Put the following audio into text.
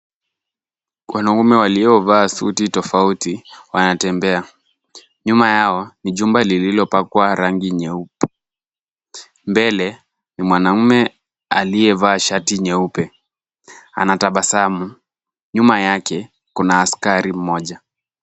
Wanaume waliovaa suti tofauti wanatembea. Nyuma yao ni jumba lililopakwa rangi nyeupe. Mbele ni mwanaume aliyevaa shati nyeupe. Anatabasamu. Nyuma yake kuna askari mmoja.